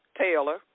Taylor